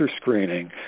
screening